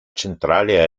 centrale